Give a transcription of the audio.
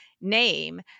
name